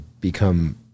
become –